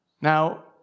Now